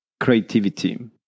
Creativity